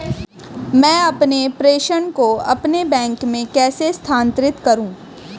मैं अपने प्रेषण को अपने बैंक में कैसे स्थानांतरित करूँ?